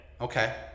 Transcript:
okay